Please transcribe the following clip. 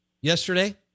yesterday